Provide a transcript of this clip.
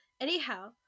anyhow